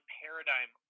paradigm